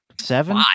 Seven